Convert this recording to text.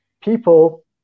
people